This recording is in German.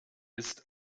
ist